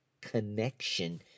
connection